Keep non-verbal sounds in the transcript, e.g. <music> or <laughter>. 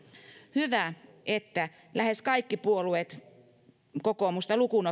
hyvä että lähes kaikki puolueet kokoomusta lukuun <unintelligible>